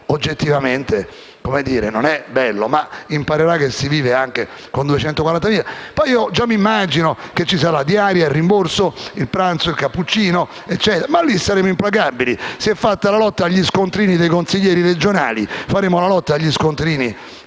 oggettivamente, non è bello, ma imparerà che si vive anche con 240.000 euro. Poi già immagino che ci saranno la diaria e il rimborso di pranzi e cappuccini, ma lì saremo implacabili: si è fatta la lotta agli scontrini dei consiglieri regionali, faremo la lotta agli scontrini